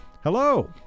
hello